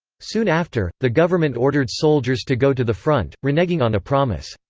soon after, the government ordered soldiers to go to the front, reneging on a promise.